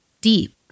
Deep